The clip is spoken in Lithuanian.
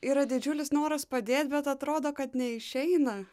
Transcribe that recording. yra didžiulis noras padėt bet atrodo kad neišeina